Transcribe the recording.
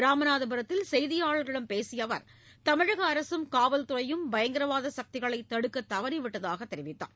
ராமநாதபுரத்தில் செய்தியாளர்களிடம் பேசிய அவர் தமிழக அரசும் காவல்துறையும் பயங்கரவாத சக்திகளை தடுக்க தவறிவிட்டதாக தெரிவித்தார்